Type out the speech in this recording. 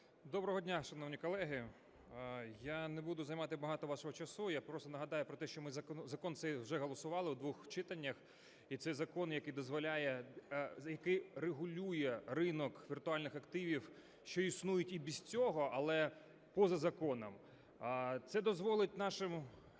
Доброго дня, шановні колеги! Я не буду займати багато вашого часу, я просто нагадаю про те, що ми закон цей вже голосували в двох читаннях. І це закон, який дозволяє зайти… регулює ринок віртуальних активів, що існують і без цього, але поза законом. Це дозволить нашим